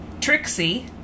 Trixie